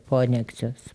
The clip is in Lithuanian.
po aneksijos